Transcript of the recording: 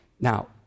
Now